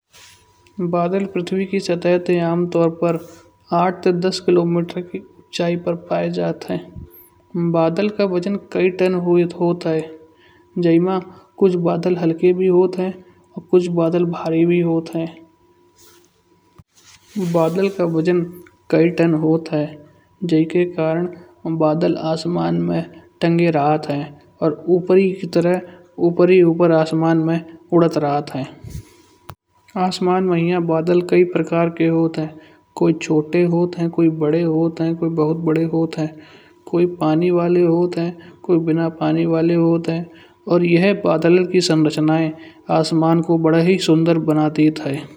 बादल पृथ्वी के सतह से आम तौर पर आठ-दस किलोमीटर की ऊँचाई पर पाये जात हैं। बादल का वजन कुछ टन हुआत है। जै माँ कुछ बादल हल्के भे होत हैं। और कुछ बादल भारी भी होत हैं। बादल का वजन कई टन होत है। जै के कारण बादल आसमान में टांगे रहत है। और ऊपर की तरफ ऊपर ही ऊपर आसमान में उड़त रहत है। आसमान में यये बादल कई प्रकार के होत हैं। कोई छोटे होत हैं कोई बड़े होत हैं। कोई बहुत बड़े होत हैं कोई पानी वाले होत हैं। कोई बिना पानी वाले होत हैं। और या बादल की संरचनें आसमान को बड़ा ही सुंदर बना देत है।